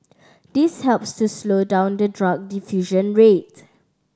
this helps to slow down the drug diffusion rate